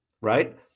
right